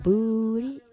Booty